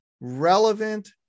relevant